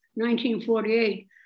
1948